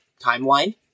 timeline